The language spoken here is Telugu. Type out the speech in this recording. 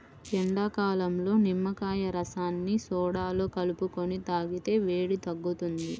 ఎండాకాలంలో నిమ్మకాయ రసాన్ని సోడాలో కలుపుకొని తాగితే వేడి తగ్గుతుంది